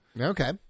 Okay